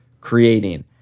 creating